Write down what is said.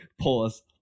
Pause